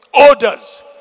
orders